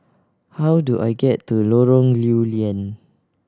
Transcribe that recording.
how do I get to Lorong Lew Lian